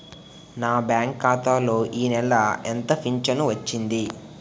నా బ్యాంక్ ఖాతా లో ఈ నెల ఎంత ఫించను వచ్చింది?